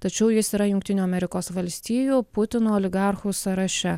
tačiau jis yra jungtinių amerikos valstijų putino oligarchų sąraše